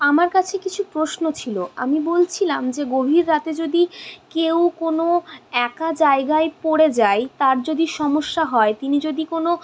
আমার কাছে কিছু প্রশ্ন ছিল আমি বলছিলাম যে গভীর রাতে যদি কেউ কোনো একা জায়গায় পড়ে যায় তাঁর যদি সমস্যা হয় তিনি যদি কোনো